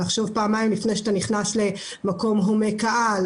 כלומר לחשוב פעמיים לפני שאתה נכנס למקום הומה קהל,